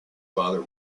father